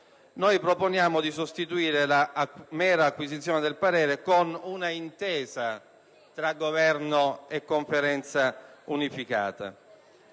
Noi proponiamo di sostituire la mera acquisizione del parere con un'intesa tra Governo e Conferenza unificata.